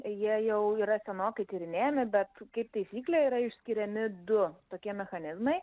jie jau yra senokai tyrinėjami bet kaip taisyklė yra išskiriami du tokie mechanizmai